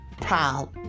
proud